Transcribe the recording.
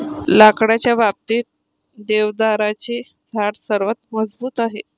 लाकडाच्या बाबतीत, देवदाराचे झाड सर्वात मजबूत आहे